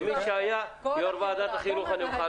כי אני יודע שיש בו את כל האתגרים שהנהג החדש צריך להתמודד איתם,